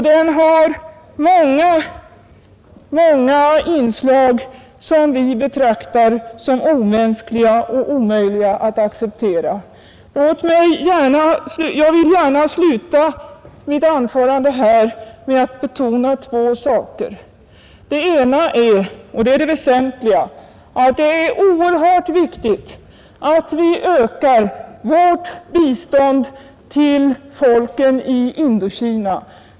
Den har många inslag som vi betraktar som omänskliga och omöjliga att acceptera. Jag vill gärna sluta mitt anförande med att betona två saker. Den ena är — och det är det väsentliga — att det är oerhört viktigt att vi ökar vårt bistånd till folken i Indokina.